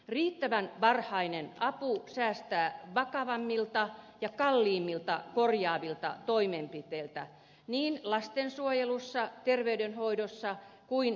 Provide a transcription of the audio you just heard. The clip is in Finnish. riittävän varhainen apu säästää vakavammilta ja kalliimmilta korjaavilta toimenpiteiltä niin lastensuojelussa terveydenhoidossa kuin perusopetuksessakin